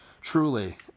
truly